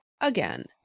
again